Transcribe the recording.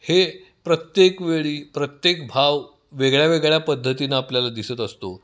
हे प्रत्येक वेळी प्रत्येक भाव वेगळ्या वेगळ्या पद्धतीनं आपल्याला दिसत असतो